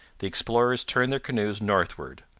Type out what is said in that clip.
the explorers turned their canoes northward.